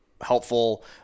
helpful